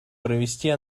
провести